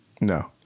No